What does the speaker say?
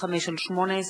פ/3795/18